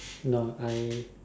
no I